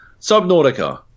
Subnautica